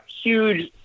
huge